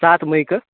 सात मईके